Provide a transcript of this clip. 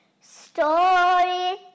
Story